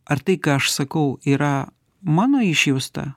ar tai ką aš sakau yra mano išjausta